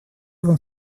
вам